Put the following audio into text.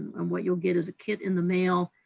and what you'll get is a kit in the mail.